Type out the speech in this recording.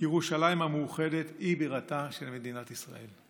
ירושלים המאוחדת היא בירתה של מדינת ישראל.